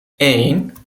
één